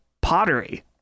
pottery